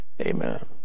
Amen